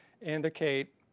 indicate